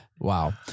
Wow